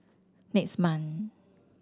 next month